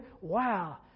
wow